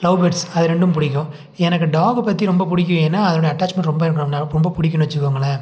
love birds அது ரெண்டும் பிடிக்கும் எனக்கு டாகை பற்றி ரொம்ப பிடிக்கும் ஏன்னா அதோடு அட்டாச்மெண்ட் ரொம்ப எனக்கு ரொம்ப நேரம் ரொம்ப புடிக்கும்னு வச்சுக்கோங்களேன்